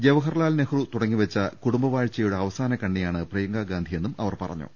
ജവഹർലാൽ നെഹ്റു തുട ങ്ങിവെച്ച കുടുംബവാഴ്ചയുടെ അവസാന കണ്ണിയാണ് പ്രിയങ്കാ ഗാന്ധി യെന്നും അവർ പറഞ്ഞു